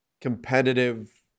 competitive